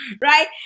right